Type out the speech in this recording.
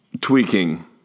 tweaking